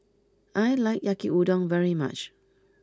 I like Yaki Udon very much